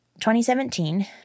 2017